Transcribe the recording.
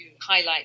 highlight